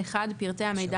פרטי המידע,